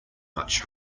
much